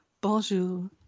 bonjour